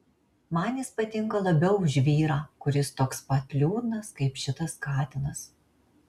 man jis patinka labiau už vyrą kuris toks pat liūdnas kaip šitas katinas